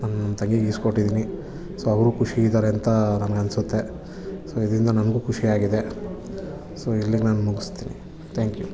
ನನ್ನ ತಂಗಿಗೆ ಈಸ್ಕೊಟ್ಟಿದ್ದೀನಿ ಸೊ ಅವರು ಖುಷಿ ಇದ್ದಾರೆ ಅಂತ ನನಗನ್ಸುತ್ತೆ ಸೊ ಇದರಿಂದ ನನಗೂ ಖುಷಿಯಾಗಿದೆ ಸೊ ಇಲ್ಲಿಗೆ ನಾನು ಮುಗ್ಸ್ತೀನಿ ಥ್ಯಾಂಕ್ ಯು